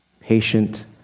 patient